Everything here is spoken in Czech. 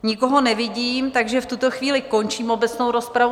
Nikoho nevidím, takže v tuto chvíli končím obecnou rozpravu.